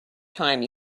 time